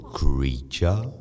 creature